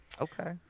Okay